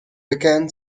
began